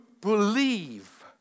believe